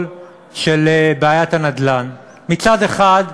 של בעיית הנדל"ן במדינת ישראל: מצד אחד,